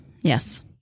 yes